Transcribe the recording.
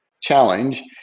challenge